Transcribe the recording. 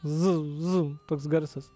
zum zum toks garsas